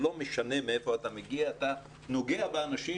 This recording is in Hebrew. לא משנה מאיפה אתה מגיע, אתה נוגע באנשים